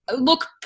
look